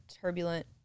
turbulent